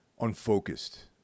unfocused